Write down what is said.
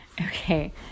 Okay